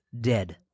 dead